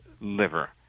liver